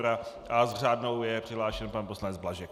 A s řádnou je přihlášen pan poslanec Blažek.